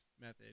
method